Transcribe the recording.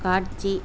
காட்சி